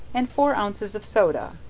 and four ounces of soda,